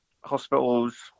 Hospitals